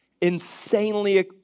insanely